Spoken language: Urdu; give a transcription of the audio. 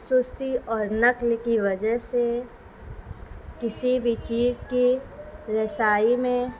سستی اور نقل کی وجہ سے کسی بھی چیز کی رسائی میں